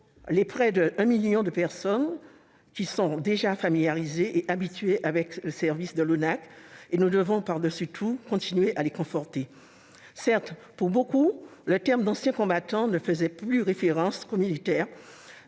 les près d'un million de personnes qui sont déjà familiarisées et habituées avec les services de l'ONAC et que nous devons par-dessus tout continuer à conforter. Pour beaucoup, le terme d'anciens combattants ne faisait référence qu'aux militaires